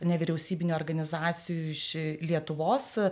nevyriausybinių organizacijų iš lietuvos